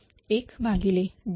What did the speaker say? तर KP बरोबर 1D